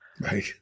Right